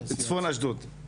צפון אשדוד.